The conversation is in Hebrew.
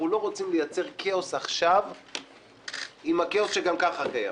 אנחנו לא רוצים לייצר כאוס עכשיו בנוסף לכאוס שגם כך קיים,